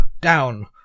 down